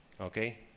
Okay